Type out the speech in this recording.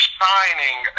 signing